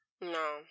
No